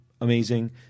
amazing